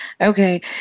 Okay